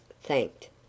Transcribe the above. thanked